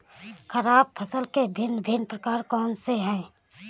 खरीब फसल के भिन भिन प्रकार कौन से हैं?